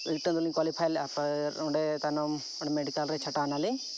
ᱩᱞᱴᱟᱹᱜᱮᱞᱤᱧ ᱠᱳᱣᱟᱞᱤᱯᱷᱟᱭᱞᱮᱫᱼᱟ ᱯᱷᱮᱨ ᱚᱸᱰᱮ ᱛᱟᱭᱱᱚᱢ ᱚᱸᱰᱮ ᱢᱮᱰᱤᱠᱮᱞ ᱨᱮ ᱪᱷᱟᱴᱟᱣᱮᱱᱟᱞᱤᱧ